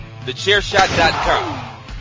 Thechairshot.com